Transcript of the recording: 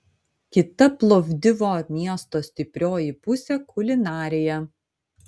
kita plovdivo miesto stiprioji pusė kulinarija